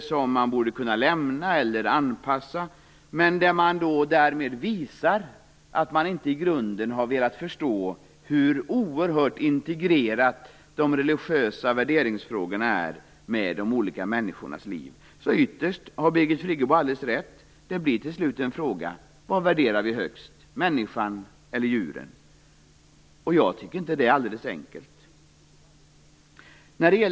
Därmed visar man att man inte i grunden har velat förstå hur oerhört integrerat de religiösa värderingsfrågorna är med de olika människornas liv. Ytterst har Birgit Friggebo alldeles rätt: det blir till sist en fråga om vad vi värderar högst, människan eller djuren. Och jag tycker inte att detta är alldeles enkelt.